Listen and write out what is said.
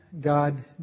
God